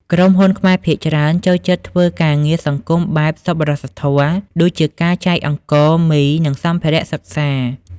ក្រុមហ៊ុនខ្មែរភាគច្រើនចូលចិត្តធ្វើការងារសង្គមបែប សប្បុរសធម៌ ដូចជាការចែកអង្ករ មី និងសម្ភារៈសិក្សា។